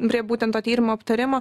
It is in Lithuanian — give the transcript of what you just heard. prie būtent to tyrimo aptarimo